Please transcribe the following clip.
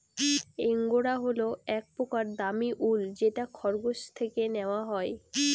angora হল এক প্রকার দামী উল যেটা খরগোশ থেকে নেওয়া হয়